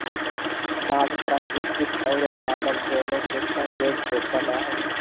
बाग प्राकृतिक औरो मानव दोनों के सहयोग से बना हइ